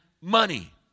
money